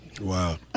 Wow